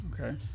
Okay